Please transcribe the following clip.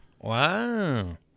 Wow